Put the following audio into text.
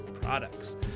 products